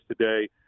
today